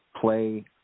play